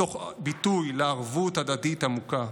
מתוך ביטוי לערבות הדדית עמוקה,